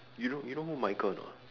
you know you know who michael or not